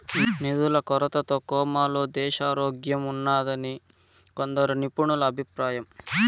నిధుల కొరతతో కోమాలో దేశారోగ్యంఉన్నాదని కొందరు నిపుణుల అభిప్రాయం